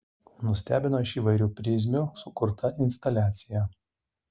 nustebino iš įvairių prizmių sukurta instaliacija